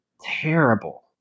terrible